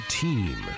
team